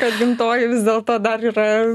kad gimtoji vis dėl to dar yra